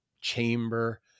chamber